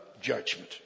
judgment